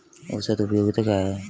औसत उपयोगिता क्या है?